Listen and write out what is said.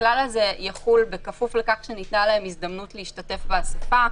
הכלל הזה יחול בכפוף לכך שניתנה להם הזדמנות להשתתף באספה,